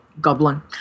goblin